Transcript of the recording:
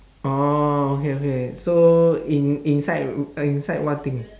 orh okay okay so in inside inside what thing